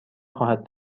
خواهد